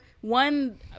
one